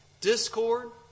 discord